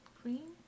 cream